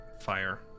fire